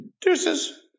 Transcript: Deuces